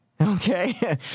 Okay